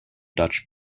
dutch